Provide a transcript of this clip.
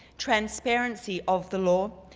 transparency of the law,